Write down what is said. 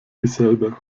dieselbe